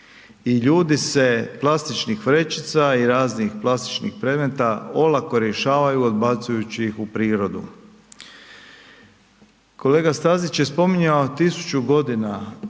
i ljudi se plastičnih vrećica i raznih plastičnih predmeta olako rješavaju odbacujući ih u prirodu. Kolega Stazić je spominjao tisuću godina